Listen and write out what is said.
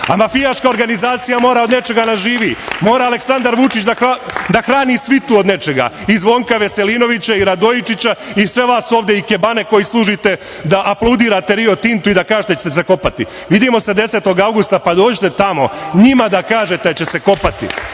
A mafijaška organizacija mora od nečega da živi, mora Aleksandar Vučić da hrani svitu od nečega, i Zvonka Veselinovića, i Radojičića i sve vas ovde, ikebane, koji služite da aplaudirate „Rio Tintu“ i da kažete da ćete kopati. Vidimo se 10. avgusta, pa dođite tamo, njima da kažete da će se kopati.